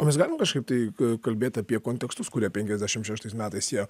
o mes galim kažkaip tai kalbėt apie kontekstus kurie penkiasdešim šeštais metais jie